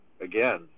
Again